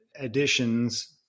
additions